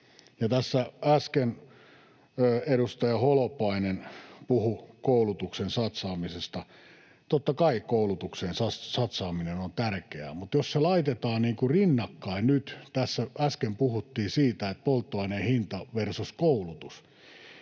Tässä äsken edustaja Holopainen puhui koulutukseen satsaamisesta. Totta kai koulutukseen satsaaminen on tärkeää, mutta jos ne laitetaan rinnakkain — nyt tässä äsken puhuttiin siitä, että polttoaineen hinta versus koulutus